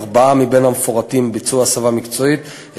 ארבעה מהמפוטרים עברו הסבה מקצועית: